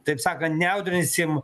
taip sakant neaudrinsim